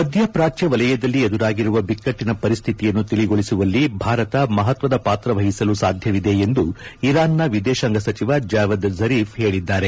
ಮಧ್ಯಪ್ರಾಚ್ಯ ವಲಯದಲ್ಲಿ ಎದುರಾಗಿರುವ ಬಿಕ್ಕಟ್ಟಿನ ಪರಿಸ್ಥಿತಿಯನ್ನು ತಿಳಿಗೊಳಿಸುವಲ್ಲಿ ಭಾರತ ಮಹತ್ವದ ಪಾತ್ರ ವಹಿಸಲು ಸಾಧ್ಯವಿದೆ ಎಂದು ಇರಾನ್ನ ವಿದೇಶಾಂಗ ಸಚಿವ ಜಾವದ್ ಜ಼ರೀಫ್ ಹೇಳಿದ್ದಾರೆ